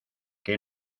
que